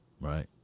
right